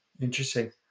interesting